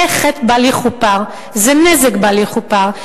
זה חטא בל-יכופר, זה נזק בל-יכופר.